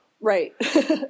Right